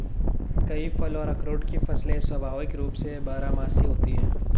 कई फल और अखरोट की फसलें स्वाभाविक रूप से बारहमासी होती हैं